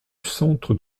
centre